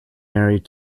married